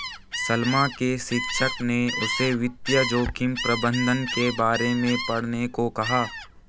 सलमा के शिक्षक ने उसे वित्तीय जोखिम प्रबंधन के बारे में पढ़ने को कहा